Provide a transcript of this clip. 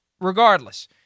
regardless